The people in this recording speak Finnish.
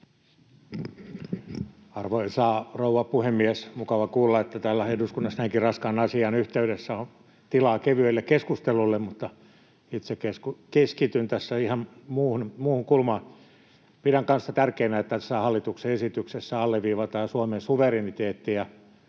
Arvoisa rouva puhemies! Mukava kuulla, että täällä eduskunnassa näinkin raskaan asian yhteydessä on tilaa kevyelle keskustelulle, mutta itse keskityn tässä ihan muuhun kulmaan. Pidän kanssa tärkeänä, että tässä hallituksen esityksessä alleviivataan Suomen suvereniteettia.